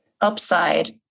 upside